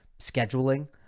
scheduling